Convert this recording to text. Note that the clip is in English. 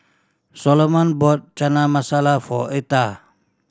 Soloman bought Chana Masala for Eartha